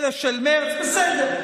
אלה של מרץ, זה ברור.